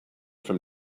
from